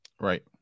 Right